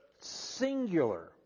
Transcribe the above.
singular